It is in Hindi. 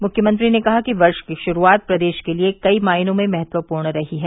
मुख्यमंत्री ने कहा कि वर्ष की शुरूआत प्रदेश के लिये कई मायनों में महत्वपूर्ण रही है